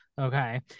Okay